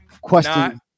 question